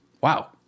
wow